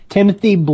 Timothy